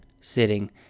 sitting